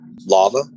lava